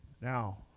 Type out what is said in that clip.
Now